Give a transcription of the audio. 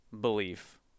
belief